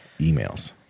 emails